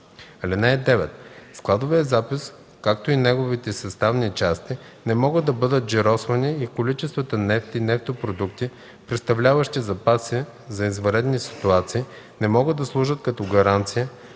(9) Складовият запис, както и неговите съставни части не могат да бъдат джиросвани и количествата нефт и нефтопродукти, представляващи запаси за извънредни ситуации, не могат да служат като гаранция,